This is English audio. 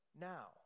now